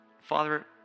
Father